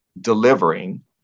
delivering